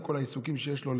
עם כל העיסוקים שיש לו,